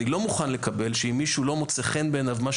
אני לא מוכן לקבל שאם לא מוצא חן בעיני מישהו מה